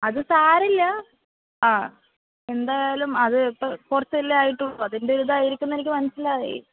അത് സാരമില്ല ആ എന്തായാലും അതിപ്പോൾ കുറച്ച് അല്ലേ ആയിട്ടുള്ളൂ അതിൻ്റെ ഒരു ഇതായിരിക്കും എന്ന് എനിക്ക് മനസ്സിലായി